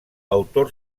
autor